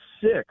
six